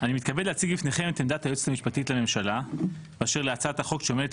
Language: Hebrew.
אני מתכבד בפניהם את עמדת היועצת המשפטית לממשלה באשר להצעת החוק שעומדת